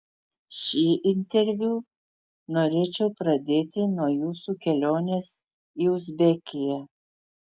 šį interviu norėčiau pradėti nuo jūsų kelionės į uzbekiją